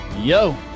Yo